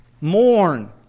mourn